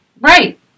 Right